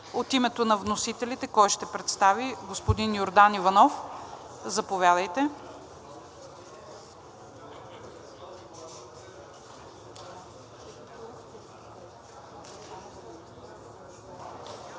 От името на вносителите, кой ще представи… Господин Йордан Иванов – заповядайте.